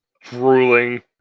drooling